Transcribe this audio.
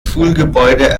schulgebäude